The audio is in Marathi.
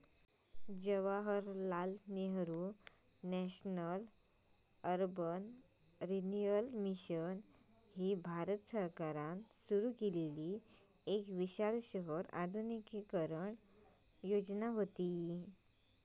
Jawaharlal Nehru national urban renewal mission ह्या भारत सरकारान सुरू केलेली एक विशाल शहर आधुनिकीकरण योजना व्हती